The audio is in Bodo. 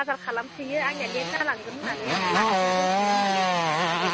बाजार खालामसोयो आंनिया लेट जालांगोन होननानै आं लाखिनो दोनथों होननानै खोन्थाहरखाबाय